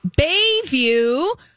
Bayview